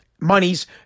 monies